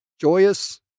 joyous